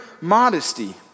modesty